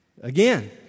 Again